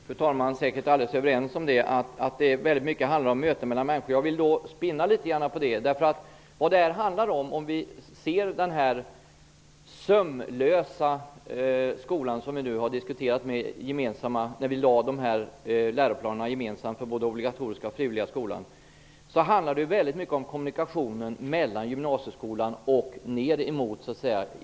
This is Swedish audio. Fru talman! Vi är säkert alldeles överens om att det i hög grad handlar om möten mellan människor. Jag vill spinna litet grand på det. Inom den ''sömlösa'' skola som vi nu har diskuterat, med gemensamma läroplaner för den obligatoriska och den frivilliga skolan, handlar det väldigt mycket om kommunikationen från gymnasieskolan och ned till grundskolan.